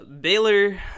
Baylor